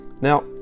Now